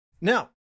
now